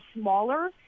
smaller